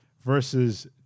versus